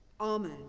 amen